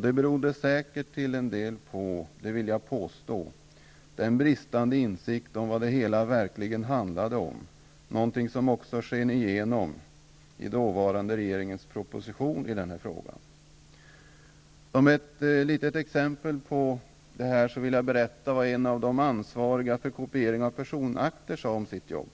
Det berodde säkert till en del på den bristande insikt om vad det hela verkligen handlar om, något som också sken igenom i den dåvarande regeringens proposition i frågan. Som ett litet exempel på det här vill jag berätta vad en av de ansvariga för kopiering av personakter sade om sitt jobb: